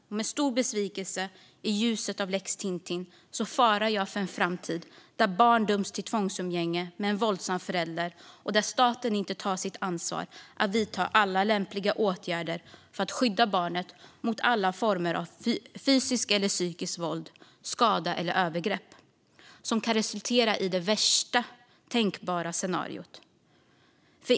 Det är en stor besvikelse, i ljuset av lex Tintin, och jag befarar att barn i framtiden döms till tvångsumgänge med en våldsam förälder och att staten inte tar sitt ansvar att vidta alla lämpliga åtgärder för att skydda barnet mot alla former av fysiskt eller psykiskt våld, skada eller övergrepp som kan resultera i det värsta tänkbara scenariot.